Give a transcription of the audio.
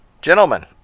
gentlemen